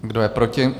Kdo je proti?